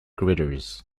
gritters